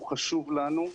הוא חשוב לנו.